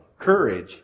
Courage